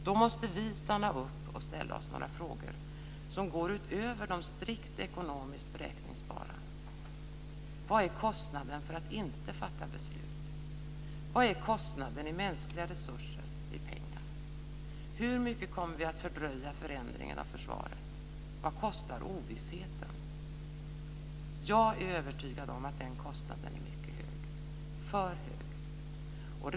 Då måste vi stanna upp och ställa oss några frågor som går utöver de strikt ekonomiskt beräkningsbara. Vad är kostnaden för att inte fatta beslut? Vad är kostnaden i mänskliga resurser, i pengar? Hur mycket kommer vi att fördröja förändringen av försvaret? Vad kostar ovissheten? Jag är övertygad om att den kostnaden är mycket hög - för hög.